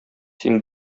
син